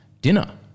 dinner